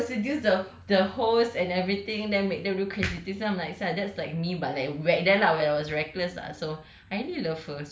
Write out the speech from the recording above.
she will be like she will seduce the the host and everything then make them criticism like sia that's like me but like back then lah when I was reckless lah so